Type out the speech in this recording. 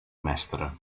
mestre